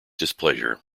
displeasure